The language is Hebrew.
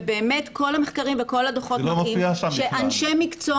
ובאמת כל המחקרים וכל הדו"חות מראים שאנשי מקצוע